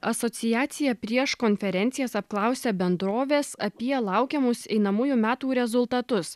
asociacija prieš konferencijas apklausia bendrovės apie laukiamus einamųjų metų rezultatus